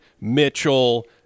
Mitchell